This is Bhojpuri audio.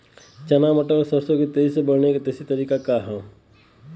चना मटर और सरसों के तेजी से बढ़ने क देशी तरीका का ह?